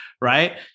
right